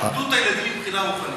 איבדו את הילדים מבחינה רוחנית.